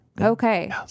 Okay